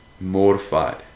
mortified